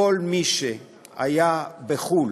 כל מי שהיה בחו"ל,